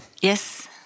Yes